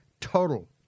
total